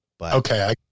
Okay